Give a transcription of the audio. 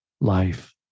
life